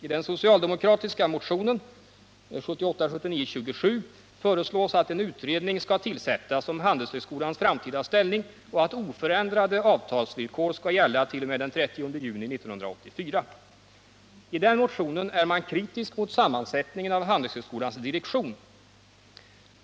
I den socialdemokratiska motionen 1978/79:27 föreslås att en utredning skall tillsättas om Handelshögskolans framtida ställning och att oförändrade avtalsvillkor skall gälla un ä Statsbidrag till t.o.m. den 30 juni 1984. I den motionen är man kritisk mot sammansätt Handelshögskolan ningen av Handelshögskolans direktion.